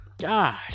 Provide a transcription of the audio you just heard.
God